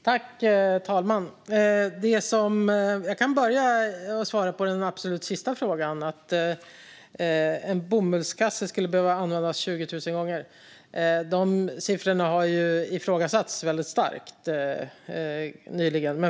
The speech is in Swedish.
Herr talman! Jag kan börja med att svara på det sista, att en bomullskasse skulle behöva användas 20 000 gånger. Dessa siffror har nyligen ifrågasatts starkt.